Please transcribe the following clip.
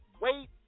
wait